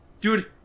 Dude